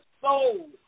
soul